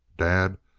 dad,